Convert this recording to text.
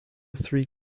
three